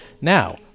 Now